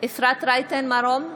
אפרת רייטן מרום,